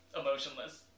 emotionless